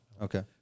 Okay